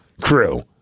crew